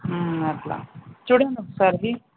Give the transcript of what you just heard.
అట్లా చూడండి ఒకసారి